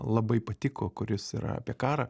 labai patiko kuris yra apie karą